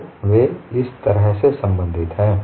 तो वे इस तरह से संबंधित हैं